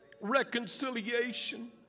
Reconciliation